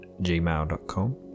gmail.com